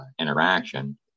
interaction